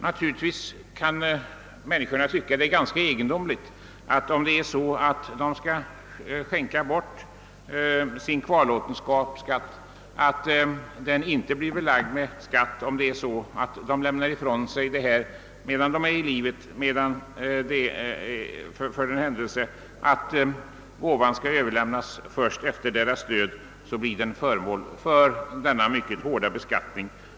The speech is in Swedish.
Naturligtvis tycker människorna att det är egendomligt att ett belopp som en person skänker bort medan han ännu är i livet inte blir belagt med skatt, medan däremot en gåva som lämnats först efter givarens död blir föremål för mycket hård beskattning.